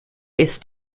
ist